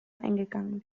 eingegangen